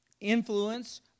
influence